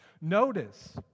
Notice